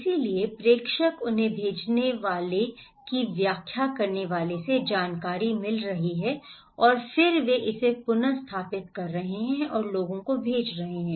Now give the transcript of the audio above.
इसलिए प्रेषक उन्हें भेजने वाले की व्याख्या करने वाले से जानकारी मिल रही है और फिर वे इसे पुन स्थापित कर रहे हैं और लोगों को भेज रहे हैं